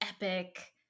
epic